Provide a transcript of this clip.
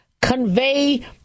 convey